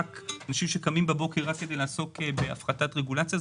אנשים שקמים בבוקר רק כדי לעסוק בהפחתת רגולציה.